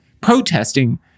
protesting